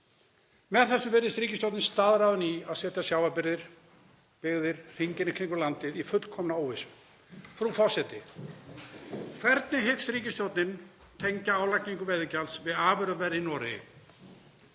Með þessu virðist ríkisstjórnin staðráðin í að setja sjávarbyggðir hringinn í kringum landið í fullkomna óvissu. Frú forseti. Hvernig hyggst ríkisstjórnin tengja álagningu veiðigjalds við afurðaverð í Noregi?